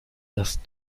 das